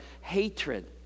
hatred